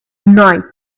night